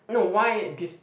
no why this